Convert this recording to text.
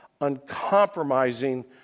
uncompromising